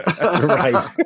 Right